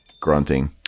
grunting